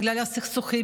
בגלל הסכסוכים,